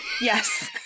Yes